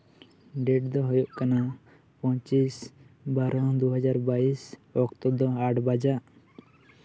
date ᱫᱚ ᱦᱩᱭᱩᱜ ᱠᱟᱱᱟ ᱯᱚᱸᱪᱤᱥ ᱵᱟᱨᱚ ᱫᱩ ᱦᱟᱡᱟᱨ ᱵᱟᱭᱤᱥ ᱚᱠᱛᱚ ᱫᱚ ᱟᱴ ᱵᱟᱡᱟᱜ